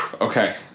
Okay